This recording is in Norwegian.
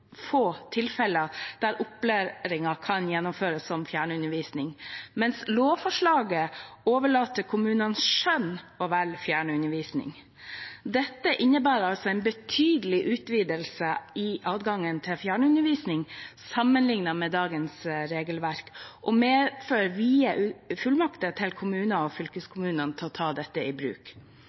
få tilfeller der opplæringen kan gjennomføres som fjernundervisning, mens lovforslaget overlater til kommunens skjønn å velge fjernundervisning. Dette innebærer altså en betydelig utvidelse i adgangen til fjernundervisning sammenlignet med dagens regelverk og medfører vide fullmakter til kommunene og fylkeskommunene til å ta dette i bruk.